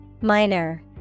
Minor